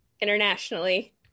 internationally